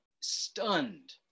stunned